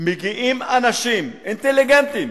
מגיעים אנשים אינטליגנטים